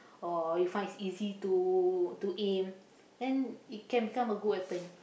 or you find it's easy to to aim then it can become a good weapon